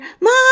Mom